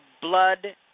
blood